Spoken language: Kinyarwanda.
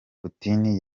putin